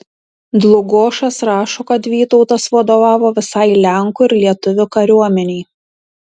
dlugošas rašo kad vytautas vadovavo visai lenkų ir lietuvių kariuomenei